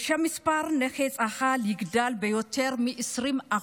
ושמספר נכי צה"ל יגדל ביותר מ-20%.